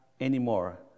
anymore